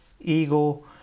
ego